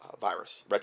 virus